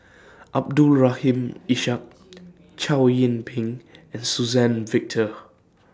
Abdul Rahim Ishak Chow Yian Ping and Suzann Victor